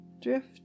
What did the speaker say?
Drift